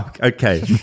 okay